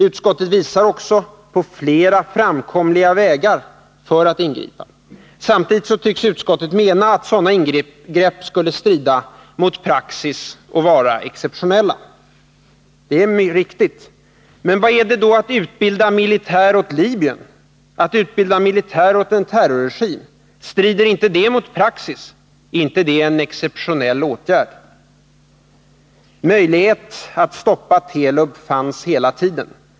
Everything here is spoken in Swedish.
Utskottet visar också på flera framkomliga vägar för att ingripa. Samtidigt tycks utskottet mena att sådana ingrepp skulle strida mot praxis och vara exceptionella. Det är riktigt. Men vad är det då att utbilda militär åt Libyen, åt en terrorregim? Strider inte det mot praxis? Är inte det en exceptionell åtgärd? ; Möjlighet att stoppa Telub fanns hela tiden.